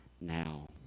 now